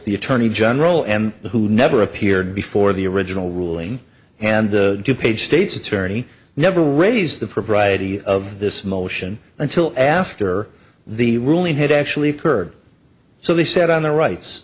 the attorney general and who never appeared before the original ruling and the two page states attorney never raised the propriety of this motion until after the ruling had actually occurred so they said on the rights